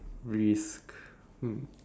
risk hmm